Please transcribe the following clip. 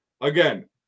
again